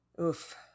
Oof